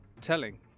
telling